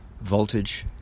voltage